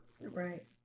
right